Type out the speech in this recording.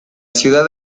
ciudad